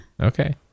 okay